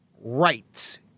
rights